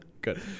Good